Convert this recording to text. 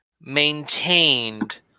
maintained